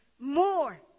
more